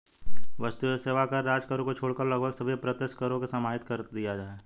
वस्तु एवं सेवा कर राज्य करों को छोड़कर लगभग सभी अप्रत्यक्ष करों को समाहित कर दिया है